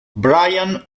brian